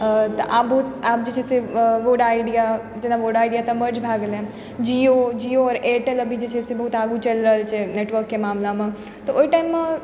तऽ आब आब जे छै से वोडा आइडिया जेना वोडा आइडिया तऽ मर्ज भए गेलय हँ जियो जियो आओर एयरटेल अभी जे छै से बहुत आगू चलि रहल छै नेटवर्कके मामिलामे तऽ ओइ टाइममे